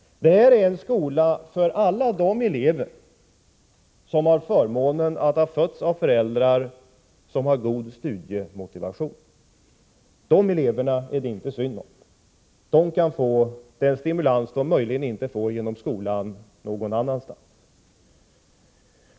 Det är en skola för alla de elever som har förmånen att ha fötts av föräldrar som har god studiemotivation. De eleverna är det inte synd om. Den stimulans som de i många fall inte fått genom skolan kan de få någon annanstans.